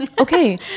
Okay